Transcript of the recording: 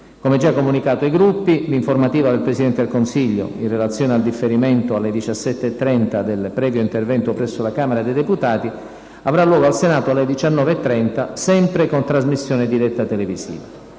Come già comunicato ai Gruppi, l'informativa del Presidente del Consiglio, in relazione al differimento alle ore 17,30 del previo intervento presso la Camera dei deputati, avrà luogo al Senato alle ore 19,30, sempre con trasmissione diretta televisiva.